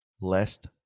Lest